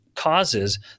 causes